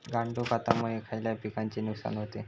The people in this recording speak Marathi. गांडूळ खतामुळे खयल्या पिकांचे नुकसान होते?